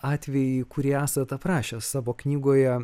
atvejį kurį esat aprašęs savo knygoje